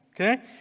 Okay